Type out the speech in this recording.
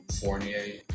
Fournier